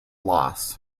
loss